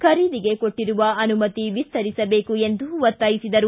ಖರೀದಿಗೆ ಕೊಟ್ಟರುವ ಅನುಮತಿ ವಿಸ್ತರಿಸಬೇಕು ಎಂದು ಒತ್ತಾಯಿಸಿದರು